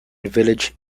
village